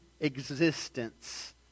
existence